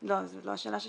לא, זו לא השאלה ששאלתי.